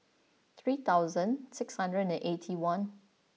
three thousand six hundred and eighty one